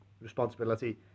responsibility